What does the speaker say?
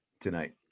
tonight